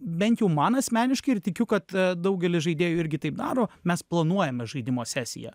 bent jau man asmeniškai ir tikiu kad daugelis žaidėjų irgi taip daro mes planuojame žaidimo sesiją